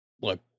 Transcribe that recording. look